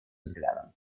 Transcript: взглядом